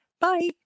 Bye